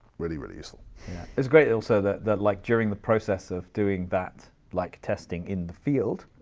really, really useful. it's great also, that that like during the process of doing that, like testing in the field,